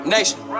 Nation